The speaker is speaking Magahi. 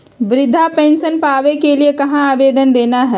वृद्धा पेंसन पावे के लिए कहा आवेदन देना है?